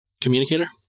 Communicator